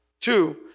Two